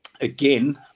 again